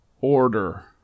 order